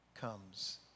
comes